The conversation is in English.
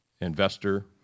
investor